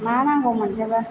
मा नांगौ मोनजोबो